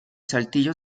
saltillo